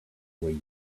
way